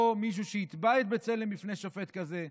או מישהו שיתבע את בצלם בפני שופט כזה,